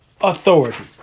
authority